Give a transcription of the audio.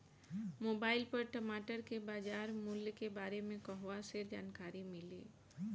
Mobile पर टमाटर के बजार मूल्य के बारे मे कहवा से जानकारी मिली?